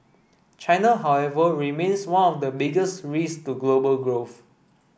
China however remains one of the biggest risks to global growth